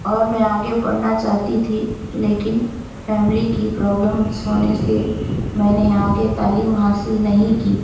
اور میں آگے پڑھنا چاہتی تھی لیکن فیملی کی پرابلمس ہونے سے میں نے آگے تعلیم حاصل نہیں کی